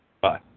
Bye